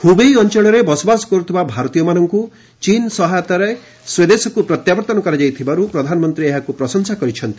Hubei ଅଞ୍ଚଳରେ ବସବାସ କରୁଥିବା ଭାରତୀୟମାନଙ୍କୁ ଚୀନ ସହାୟତାରେ ସ୍ୱଦେଶକୁ ପ୍ରତ୍ୟାବର୍ତ୍ତନ କରାଯାଇଥିବାରୁ ପ୍ରଧାନମନ୍ତ୍ରୀ ଏହାକୁ ପ୍ରଶଂସା କରିଛନ୍ତି